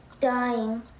dying